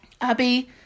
Abby